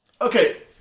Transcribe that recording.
Okay